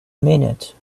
minute